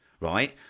right